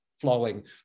flowing